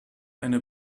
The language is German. eine